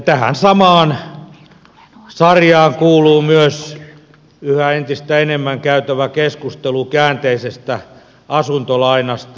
tähän samaan sarjaan kuuluu myös entistä enemmän käytävä keskustelu käänteisestä asuntolainasta